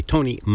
Tony